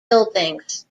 buildings